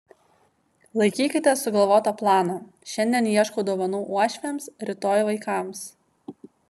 laikykitės sugalvoto plano šiandien ieškau dovanų uošviams rytoj vaikams